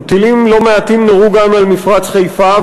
טילים לא מעטים נורו גם אל מפרץ חיפה,